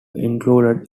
included